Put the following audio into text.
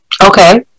Okay